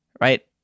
right